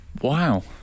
Wow